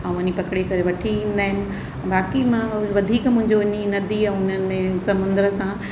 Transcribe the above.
ऐं वञी पकिड़े करे वठी ईंदा आहिनि और बाक़ी मां वधीक मुंहिंजो इन नंदी ऐं हुनमें समुंड सां